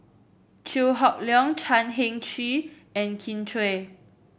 Chew Hock Leong Chan Heng Chee and Kin Chui